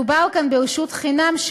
מדובר כאן ברשות חינם,